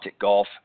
Golf